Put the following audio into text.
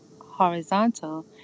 horizontal